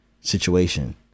situation